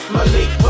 Malik